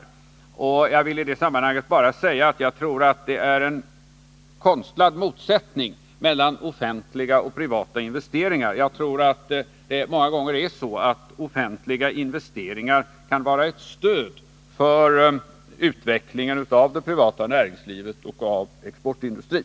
Jag vill i det sammanhanget bara säga att jag tror att det är en konstlad motsättning mellan offentliga och privata investeringar. Jag tror att det många gånger är så att offentliga investeringar kan vara ett stöd för utvecklingen av det privata näringslivet och av exportindustrin.